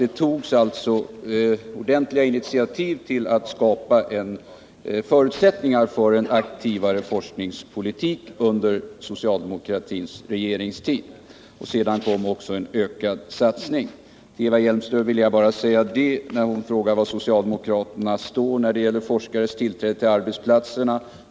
Det togs alltså under socialdemokratins regeringstid ordentliga initiativ till att skapa förutsättningar för en aktivare forskningspolitik. Sedan kom också en ökad satsning. Eva Hjelmström frågade var socialdemokraterna står när det gäller forskares tillträde till arbetsplatserna.